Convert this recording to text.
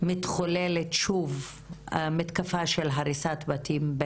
מתחוללת שוב מתקפה של הריסת בתים,